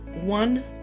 one